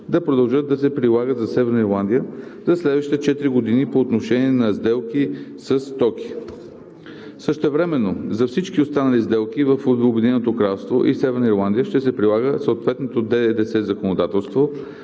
да продължат да се прилагат за Северна Ирландия за следващите четири години по отношение на сделки със стоки. Същевременно за всички останали сделки в Обединеното кралство и Северна Ирландия ще се прилага съответното ДДС-законодателство